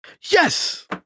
Yes